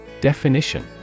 Definition